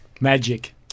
magic